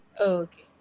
Okay